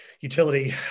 utility